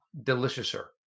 deliciouser